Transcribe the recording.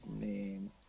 name